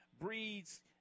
breeds